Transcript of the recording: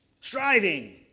striving